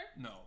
No